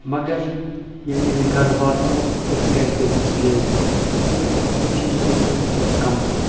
مگر ییٚلہِ مےٚ یہِ گرٕ واتنو تہٕ گرِکٮ۪و دِژ بے عزتی دوٚپُکھ یِتھ چھِ یِوان امہِ کھۄتہٕ کمسٕے